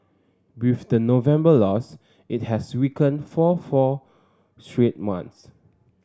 with the November loss it has weakened for four straight months